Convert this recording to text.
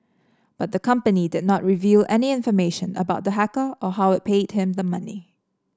but the company did not reveal any information about the hacker or how it paid him the money